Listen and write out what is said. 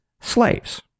slaves